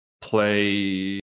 play